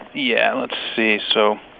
yeah, let's see. so